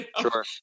Sure